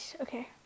okay